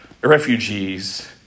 refugees